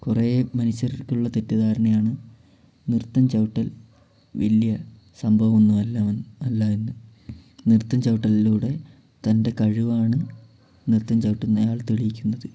കുറെ മനുഷ്യർക്കുള്ള തെറ്റിധാരണയാണ് നൃത്തം ചവിട്ടൽ വലിയ സംഭവ ഒന്നും അല്ലാ അല്ലാ എന്ന് നൃത്തം ചവിട്ടലിലൂടെ തൻ്റെ കഴിവാണ് നൃത്തം ചവിട്ടുന്നയാൾ തെളിയിക്കുന്നത്